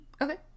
Okay